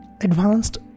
Advanced